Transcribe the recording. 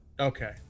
okay